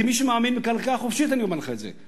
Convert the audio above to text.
כמי שמאמין בכלכלה חופשית אני אומר לך את זה,